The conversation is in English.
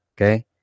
Okay